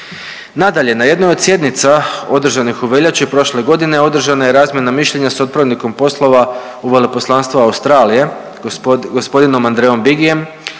Nadalje, na jednoj od sjednica održanih u veljači prošle godine održana je razmjena mišljenja s otpremnikom poslova Veleposlanstva Australije gospodinom Andreom Biggiem